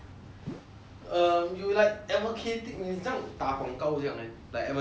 um you like advocating 你好像打广告这样 leh like advertisements yeah